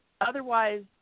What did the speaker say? otherwise